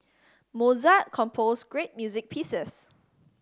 Mozart composed great music pieces